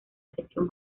sección